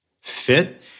fit